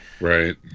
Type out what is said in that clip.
Right